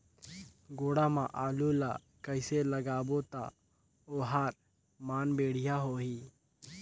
गोडा मा आलू ला कइसे लगाबो ता ओहार मान बेडिया होही?